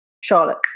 charlotte